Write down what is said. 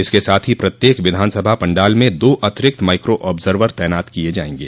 इसके साथ ही प्रत्येक विधानसभा पंडाल में दो अतिरिक्त माइक्रो आर्ब्जवर तैनात किये जायेंगे